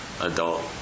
adult